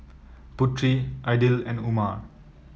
Putri Aidil and Umar